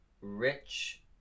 Rich